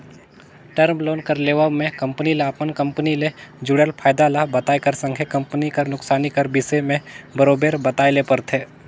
term loan कर लेवब में कंपनी ल अपन कंपनी ले जुड़ल फयदा ल बताए कर संघे कंपनी कर नोसकानी कर बिसे में बरोबेर बताए ले परथे